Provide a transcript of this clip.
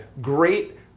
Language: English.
great